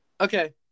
Okay